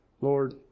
Lord